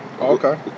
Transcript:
Okay